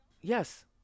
Yes